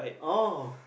oh